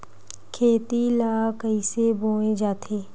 खेती ला कइसे बोय जाथे?